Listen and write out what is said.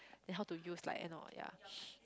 then how to use like and all ya